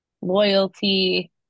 loyalty